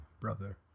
brother